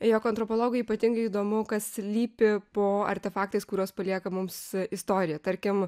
jog antropologui ypatingai įdomu kas slypi po artefaktais kurios palieka mums istorija tarkim